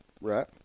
Right